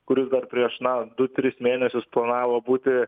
kuris dar prieš na du tris mėnesius privalo būti